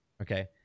Okay